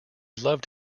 loved